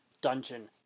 dungeon